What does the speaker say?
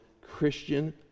Christian